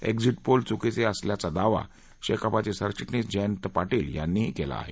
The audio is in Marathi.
ए झीट पोल चुक चे अस याचा दावा शेकापचे सरचिटणीस जयंत पाटील यांनीही केला आहे